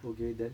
okay then